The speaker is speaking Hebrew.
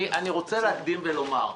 אני רוצה להקדים ולומר.